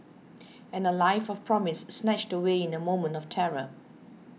and a life of promise snatched away in a moment of terror